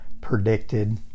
predicted